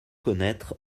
connaître